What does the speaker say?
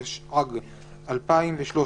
התשע"ג-2013,